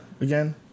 again